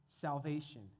salvation